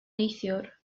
neithiwr